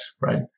Right